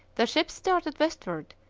the ships started westward,